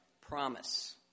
promise